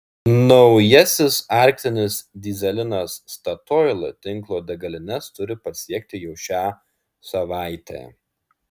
naujasis arktinis dyzelinas statoil tinklo degalines turi pasiekti jau šią savaitę